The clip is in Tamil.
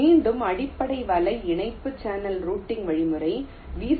மீண்டும் அடிப்படை வலை இணைப்பு சேனல் ரூட்டிங் வழிமுறை வி